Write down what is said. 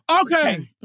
okay